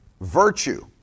virtue